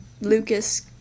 Lucas